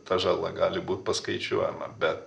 ta žala gali būt paskaičiuojama bet